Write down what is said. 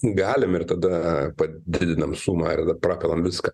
galim ir tada padidinam sumą ir tada prakalam viską